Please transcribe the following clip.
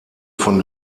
von